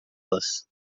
las